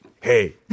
Hey